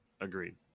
Agreed